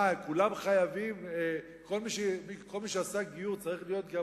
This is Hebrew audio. מה, כולם חייבים, כל מי שעשה גיור צריך להיות גם